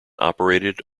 operated